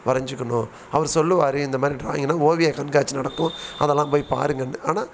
வரைஞ்சுக்கணும் அவர் சொல்லுவார் இந்த மாதிரி ட்ராயிங்குனால் ஓவியக்கண்காட்சி நடக்கும் அதெல்லாம் போய் பாருங்கன்னு ஆனால்